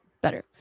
better